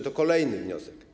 To kolejny wniosek.